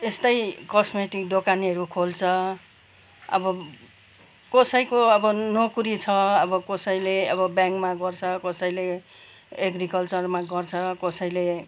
यस्तै कस्मेटिक दोकानहेरू खोल्च अब कसैको अब नोकरी छ अब कोसैले अब ब्याङ्कमा गर्छ अब कसैले एग्रिकल्चरमा गर्छ कसैले